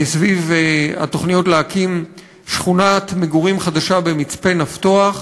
סביב התוכניות להקים שכונת מגורים חדשה במצפה-נפתוח.